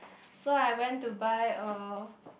so I went to buy a